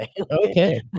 okay